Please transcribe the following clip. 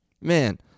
Man